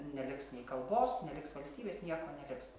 neliks nei kalbos neliks valstybės nieko neliks